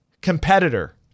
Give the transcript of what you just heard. competitor